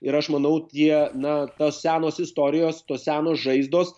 ir aš manau tie na tos senos istorijos tos senos žaizdos